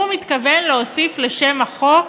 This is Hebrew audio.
הוא מתכוון להוסיף לשם החוק